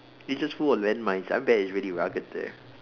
it's just full of land mines I bet it's really rugged there